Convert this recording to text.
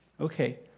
Okay